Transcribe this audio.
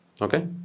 Okay